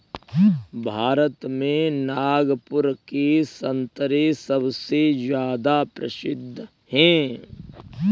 भारत में नागपुर के संतरे सबसे ज्यादा प्रसिद्ध हैं